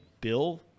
Bill